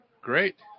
great